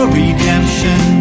redemption